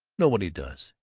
nobody does.